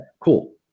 cool